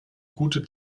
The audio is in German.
gute